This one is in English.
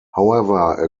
however